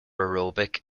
aerobic